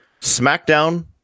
Smackdown